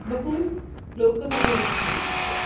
बहु लोकप्रियानि अस्ति त